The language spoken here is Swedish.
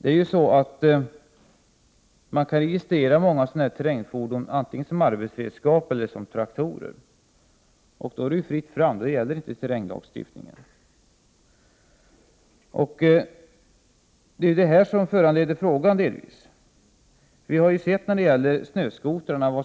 Det går att registrera många terrängfordon antingen som arbetsredskap eller som traktorer. Då är det fritt fram, eftersom terränglagstiftningen inte gäller i dessa fall. Det är detta som delvis har föranlett frågan. Vi har sett vad som hände när det gäller snöskotrarna. Inte